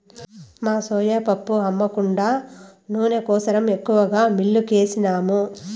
మా సోయా పప్పు అమ్మ కుండా నూనె కోసరం ఎక్కువగా మిల్లుకేసినాము